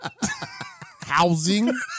Housing